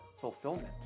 fulfillment